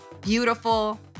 beautiful